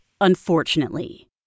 unfortunately